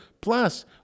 plus